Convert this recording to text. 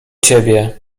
ciebie